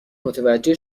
متوجه